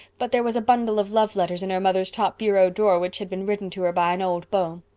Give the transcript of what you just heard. but there was bundle of love letters in her mother's top bureau drawer which had been written to her by an old beau.